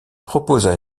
proposa